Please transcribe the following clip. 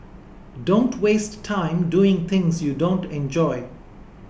don't waste time doing things you don't enjoy